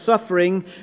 suffering